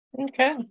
Okay